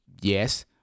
Yes